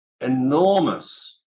enormous